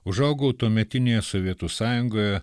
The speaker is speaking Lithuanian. užaugau tuometinėje sovietų sąjungoje